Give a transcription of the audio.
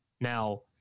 Now